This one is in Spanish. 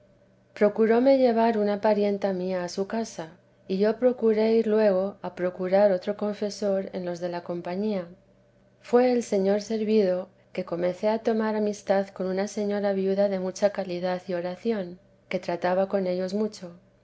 procuróme llevar una parienta mía a su casa y yo procuré ir luego a procurar otro confesor en los de la compañía fué el señor servido que comencé a tomar amistad con una señora viuda de mucha calidad y oración que trataba con ellos mucho